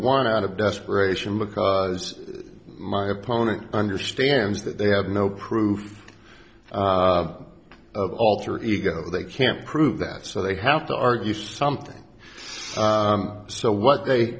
one out of desperation because my opponent understands that they have no proof of alter ego they can't prove that so they have to argue something so what they